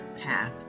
path